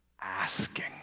asking